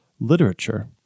literature